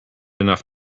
enough